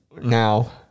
Now